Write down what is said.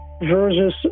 versus